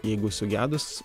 jeigu sugedus